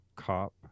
cop